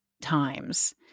times